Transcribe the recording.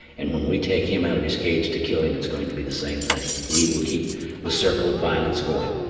and when we take him out of his cage to kill him, it's going to be the same thing. we will keep the circle of violence going.